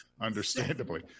Understandably